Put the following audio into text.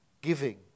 giving